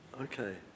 Okay